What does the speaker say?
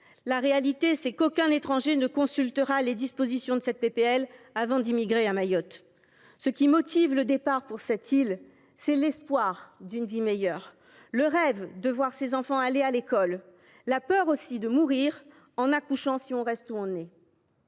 la réalité, c’est qu’aucun étranger ne consultera les dispositions de ce texte avant d’immigrer à Mayotte ! Ce qui motive le départ pour cette île, c’est l’espoir d’une vie meilleure, le rêve de voir ses enfants aller à l’école, la peur, aussi, de mourir en accouchant si on le fait